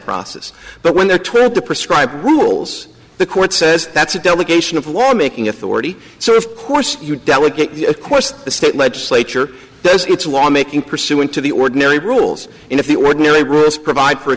process but when they're twelve to prescribe rules the court says that's a delegation of law making authority so of course you delegate a course the state legislature does its warmaking pursuant to the ordinary rules and if the ordinary rules provide for